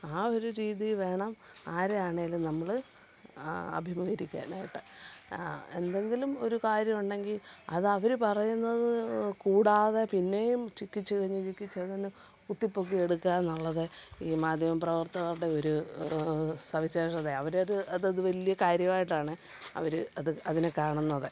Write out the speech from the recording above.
ആ ഒരു രീതിയില് വേണം ആരാണേലും നമ്മള് അഭിമുഖീകരിക്കാനായിട്ട് എന്തെങ്കിലും ഒരു കാര്യമുണ്ടെങ്കില് അത് അവര് പറയുന്നതു കൂടാതെ പിന്നെയും ചിക്കിച്ചികഞ്ഞ് ചിക്കിച്ചികഞ്ഞ് കുത്തിപ്പൊക്കി എടുക്കുക എന്നുള്ളത് ഈ മാധ്യമപ്രവർത്തകരുടെ ഒരു സവിശേഷതയാണ് അവരത് അതത് വലിയ കാര്യമായിട്ടാണ് അവര് അത് അതിനെ കാണുന്നത്